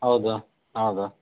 ಹೌದು ಹೌದು